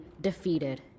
defeated